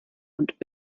und